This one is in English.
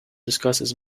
discusses